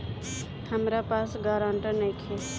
हमरा पास ग्रांटर नइखे?